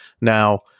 Now